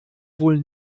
wohl